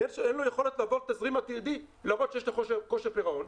כי אין לו יכולת להראות בתזרים עתידי שיש לו כושר פירעון.